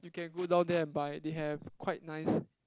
you can go down there and buy they have quite nice